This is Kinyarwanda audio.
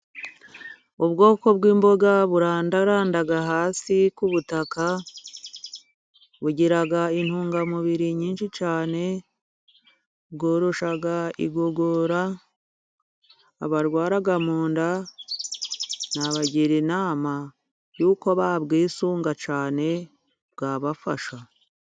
Ubwoko bw'imboga burandarada hasi ku butaka bugira intungamubiri nyinshi cyane, bworoshya igogora, abarwara mu nda nabagira inama yuko babwisunga cyane, bwabafasha.